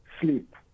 sleep